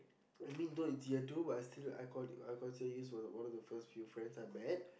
I mean though it's year two but I still I call I consider you as one one of the first few friends I met